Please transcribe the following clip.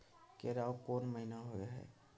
केराव कोन महीना होय हय?